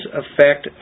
affect